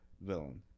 villain